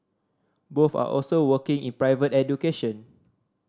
both are also working in private education